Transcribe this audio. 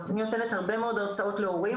אני נותנת הרבה מאוד הרצאות להורים,